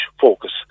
Focus